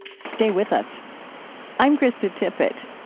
stay with us i'm krista tippett.